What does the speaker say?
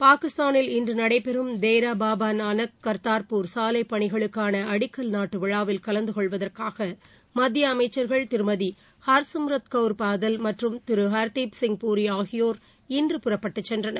பாகிஸ்தாளில் இன்று நடைபெறும் தேரா பாபா நானக் கார்தார்பூர் சாலை பணிகளுக்கான அடிக்கல் நாட்டு விழாவில் கலந்து கொள்வதற்காக மத்திய அமைச்சர்கள் திருமதி ஹர்சிம்ரத் கவர் பாதல் மற்றும் திரு ஹர்தீப் சிங் பூரி ஆகியோர் இன்று புறப்பட்டுச் சென்றனர்